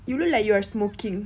you look like you're smoking